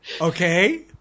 Okay